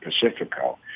Pacifico